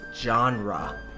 genre